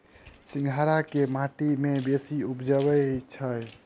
सिंघाड़ा केँ माटि मे बेसी उबजई छै?